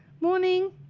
morning